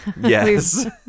Yes